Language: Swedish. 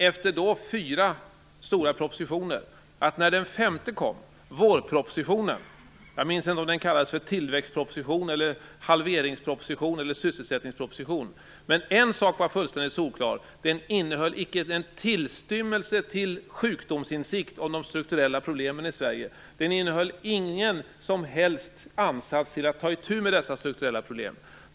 Efter fyra stora propositioner kunde vi då den femte propositionen kom, vårpropositionen - jag minns inte om den kallades för tillväxtpropositionen, halveringspropositionen eller sysselsättningspropositionen - konstatera att en sak var fullständigt solklar, nämligen att propositionen inte innehöll en enda tillstymmelse till sjukdomsinsikt om de strukturella problemen i Sverige. Propositionen innehöll ingen som helst ansats när det gällde att ta itu med de strukturella problemen.